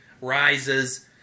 rises